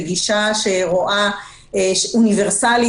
גישה אוניברסלית,